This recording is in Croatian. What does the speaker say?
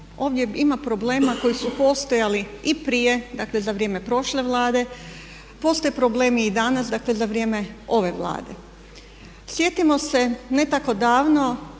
ovdje ima problema koji su postojali i prije dakle za vrijeme prošle Vlade, postoje problemi i danas dakle za vrijeme ove Vlade. Sjetimo se ne tako davno,